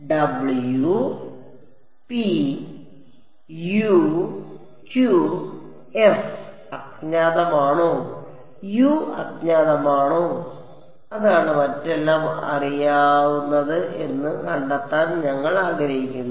W p U q f അജ്ഞാതമാണോ U അജ്ഞാതമാണോ അതാണ് മറ്റെല്ലാം അറിയാവുന്നത് എന്ന് കണ്ടെത്താൻ ഞങ്ങൾ ആഗ്രഹിക്കുന്നു